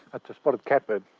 ah it's a spotted catbird!